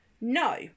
no